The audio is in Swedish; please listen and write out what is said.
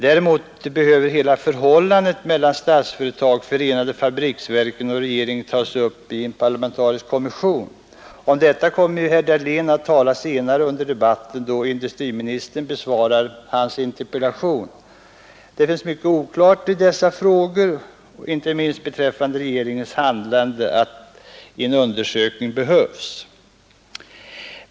Däremot behöver hela förhållandet mellan Statsföretag, förenade fabriksverken och regeringen tas upp i en parlamentarisk kommission. Om detta kommer emellertid herr Dahlén att tala senare under debatten, då industriministern besvarar hans interpellation. Det finns så mycket oklart i dessa frågor inte minst när det gäller regeringens handlande, att en undersökning behövs.